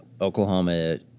Oklahoma